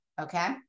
okay